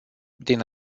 din